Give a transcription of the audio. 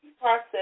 process